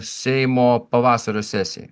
seimo pavasario sesijai